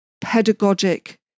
pedagogic